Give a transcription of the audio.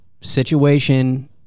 situation